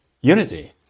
unity